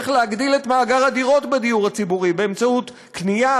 צריך להגדיל את מאגר הדירות בדיור הציבורי באמצעות קנייה